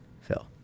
Phil